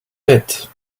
bit